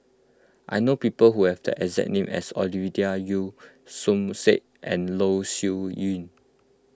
I know people who have the exact name as Ovidia Yu Som Said and Loh Sin Yun